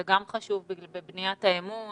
זה גם חשוב בבניית האמון